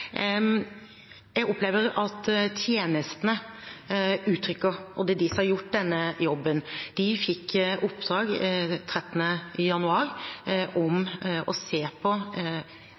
Jeg opplever at tjenestene – og det er de som har gjort denne jobben – fikk oppdrag 13. januar om å se på